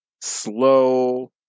slow